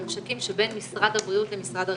ובממשקים שבין משרד הבריאות למשרד הרווחה.